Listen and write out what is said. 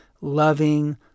loving